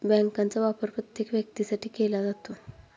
बँकांचा वापर प्रत्येक व्यक्तीसाठी केला जातो